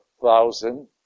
thousand